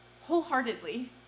wholeheartedly